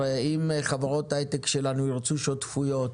הרי, אם חברות היי-טק שלנו ירצו שותפויות